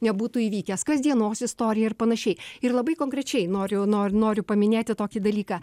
nebūtų įvykęs kasdienos istorija ir panašiai ir labai konkrečiai noriu noriu noriu paminėti tokį dalyką